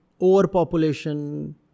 overpopulation